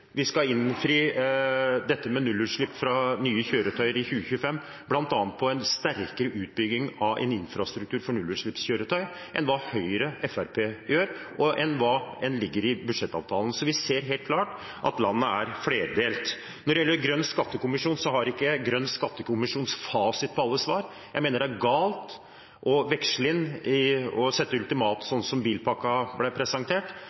vi skal innfri nullutslipp fra nye kjøretøyer i 2015, bl.a. ved en sterkere utbygging av en infrastruktur på nullutslippskjøretøy enn hva Høyre og Fremskrittspartiet gjør, og enn det som ligger i budsjettavtalen. Vi ser helt klart at forholdene i landet er ulike. Når det gjelder Grønn skattekommisjon, har ikke Grønn skattekommisjon fasiten på alle spørsmålene. Jeg mener det var galt å sette ultimatum da bilpakken ble presentert. Jeg mener det er feil politikk i